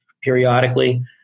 periodically